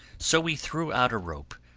so we threw out a rope,